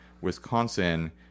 wisconsin